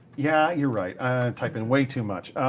yeah you're right. i type in way too much.